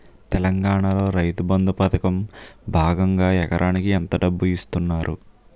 తెలంగాణలో రైతుబంధు పథకం భాగంగా ఎకరానికి ఎంత డబ్బు ఇస్తున్నారు?